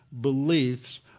beliefs